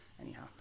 anyhow